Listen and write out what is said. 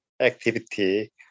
activity